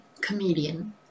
comedian